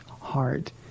heart